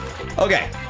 Okay